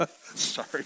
Sorry